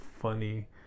funny